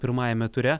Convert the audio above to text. pirmajame ture